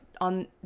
on